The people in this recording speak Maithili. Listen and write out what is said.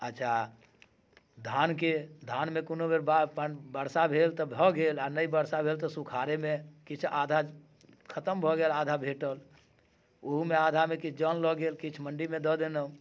अच्छा धानके धानमे कोनो बेर बाढ़ि बरसा भेल तऽ भऽ गेल आओर नहि वर्षा भेल तऽ सुखारेमे किछु आधा खतम भऽ गेल आधा भेटल उहोमे आधामे किछु जन लऽ गेल किछु मण्डीमे दऽ देलहुँ